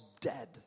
dead